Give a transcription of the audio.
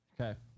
Okay